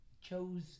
chose